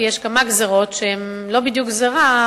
כי יש כמה גזירות שהן לא בדיוק גזירה,